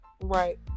right